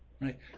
Right